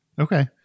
Okay